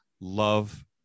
love